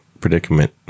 predicament